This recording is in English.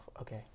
Okay